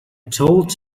told